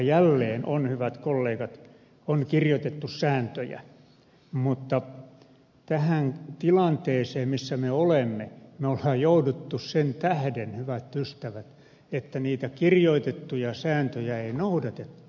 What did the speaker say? jälleen on hyvät kollegat kirjoitettu sääntöjä mutta tähän tilanteeseen missä me olemme me olemme joutuneet sen tähden hyvät ystävät että niitä kirjoitettuja sääntöjä ei noudatettu